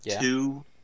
Two